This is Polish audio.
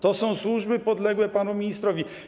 To są służby podległe panu ministrowi.